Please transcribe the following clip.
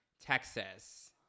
Texas